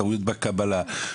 טעויות בקבלה,